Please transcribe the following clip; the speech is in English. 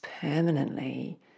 permanently